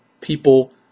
people